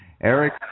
Eric